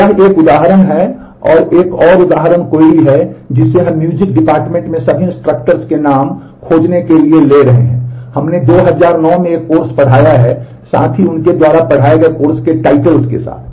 तो यह एक उदाहरण है यह एक और उदाहरण क्वेरी है जिसे हम म्यूजिक के titles के साथ